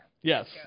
Yes